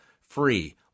free